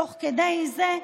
תוך כדי זה,